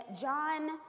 john